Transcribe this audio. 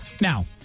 Now